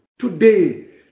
today